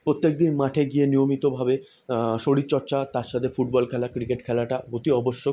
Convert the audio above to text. প্রত্যেক দিন মাঠে গিয়ে নিয়মিতভাবে শরীরচর্চা তার সাথে ফুটবল খেলা ক্রিকেট খেলাটা অতি আবশ্যক